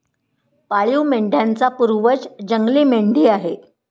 पाळीव मेंढ्यांचा पूर्वज जंगली मेंढी आहे